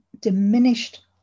diminished